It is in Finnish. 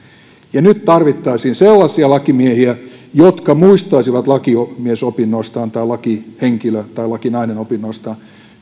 nyt tarvittaisiin sellaisia lakimiehiä jotka muistaisivat lakimiesopinnoistaan tai lakihenkilö tai lakinais opinnoistaan